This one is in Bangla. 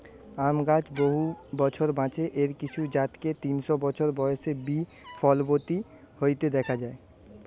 আম গাছ বহু বছর বাঁচে, এর কিছু জাতকে তিনশ বছর বয়সে বি ফলবতী হইতে দিখা যায়